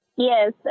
Yes